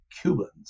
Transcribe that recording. Cubans